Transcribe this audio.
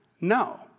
No